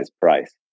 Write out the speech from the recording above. price